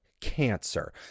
cancer